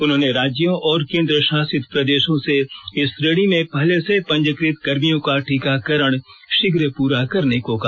उन्होंने राज्यों और केंद्र शासित प्रदेशों से इस श्रेणी में पहले से पंजीकृत कर्मियों का टीकाकरण शीघ्र पूरा करने को कहा